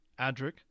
Adric